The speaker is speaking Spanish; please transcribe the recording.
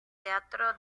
theatre